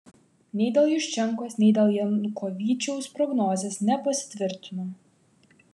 nei dėl juščenkos nei dėl janukovyčiaus prognozės nepasitvirtino